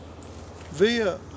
via